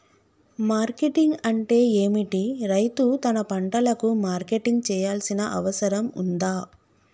Marketing అంటే ఏమిటి? రైతు తన పంటలకు మార్కెటింగ్ చేయాల్సిన అవసరం ఉందా?